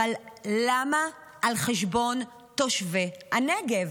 אבל למה על חשבון תושבי הנגב,